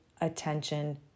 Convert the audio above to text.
attention